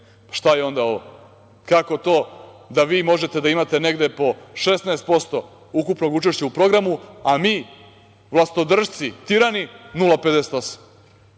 Šta je onda ovo? Kako to da vi možete da imate negde po 16% ukupnog učešća u programu, a mi vlastodršci, tirani, 0,58%?